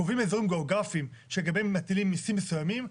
קובעים אזורים גיאוגרפים שלגביהם מטילים מיסים מסוימים,